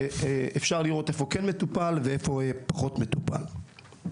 אפשר לראות איפה כן מטופל ואיפה פחות מטופל.